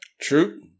True